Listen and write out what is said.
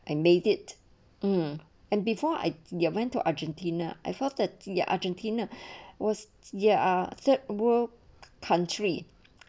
and made it mm and before I went to argentina I felt that ah argentina was ya a third world country